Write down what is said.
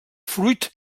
fruit